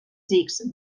sikhs